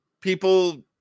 people